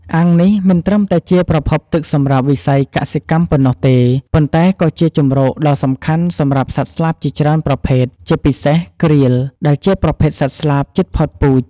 អាងនេះមិនត្រឹមតែជាប្រភពទឹកសម្រាប់វិស័យកសិកម្មប៉ុណ្ណោះទេ ប៉ុន្តែក៏ជាជម្រកដ៏សំខាន់សម្រាប់សត្វស្លាបជាច្រើនប្រភេទ ជាពិសេស ក្រៀល ដែលជាប្រភេទសត្វស្លាបជិតផុតពូជ។